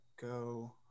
go